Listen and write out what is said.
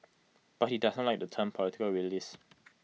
but he does not like the term political realist